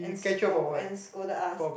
and scold and scolded us